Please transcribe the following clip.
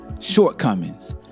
shortcomings